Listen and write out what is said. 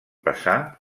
passar